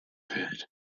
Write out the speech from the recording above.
pit